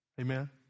Amen